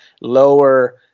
lower